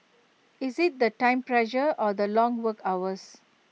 is IT the time pressure or the long work hours